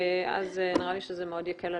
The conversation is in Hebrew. ואז נראה לי שזה מאוד יקל עלינו.